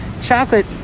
chocolate